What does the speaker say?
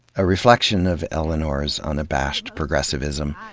a reflection of eleanor's unabashed progressivism,